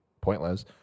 pointless